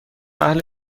اهل